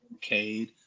Cade